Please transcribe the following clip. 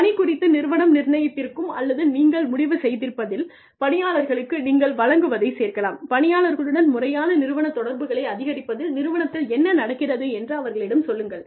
பணி குறித்து நிறுவனம் நிர்ணயித்திருக்கும் அல்லது நீங்கள் முடிவு செய்திருப்பதில் பணியாளர்களுக்கு நீங்கள் வழங்குவதைச் சேர்க்கலாம் பணியாளர்களுடன் முறையான நிறுவன தொடர்புகளை அதிகரித்தலில் நிறுவனத்தில் என்ன நடக்கிறது என்று அவர்களிடம் சொல்லுங்கள்